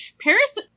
Paris